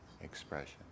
expression